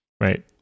Right